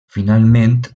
finalment